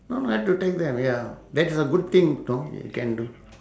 no have to take them ya that's a good thing know can do